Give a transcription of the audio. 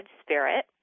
Spirit